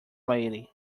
lady